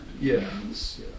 yes